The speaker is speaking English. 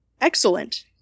Excellent